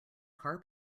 car